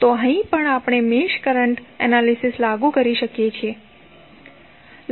તો અહીં પણ આપણે મેશ કરંટ એનાલિસિસ લાગુ કરી શકીએ છીએ